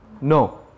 No